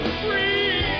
free